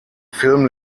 film